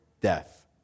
death